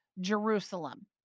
Jerusalem